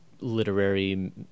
literary